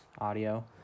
audio